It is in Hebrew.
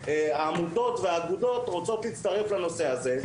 העמותות והאגודות רוצות להצטרף לנושא הזה,